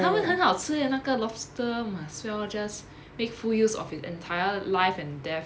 他们很好吃 eh 那个 lobster might as well just make full use of it's entire life and death